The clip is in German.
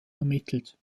ermittelt